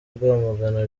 rwamagana